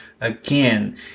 again